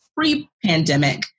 pre-pandemic